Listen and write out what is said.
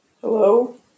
Hello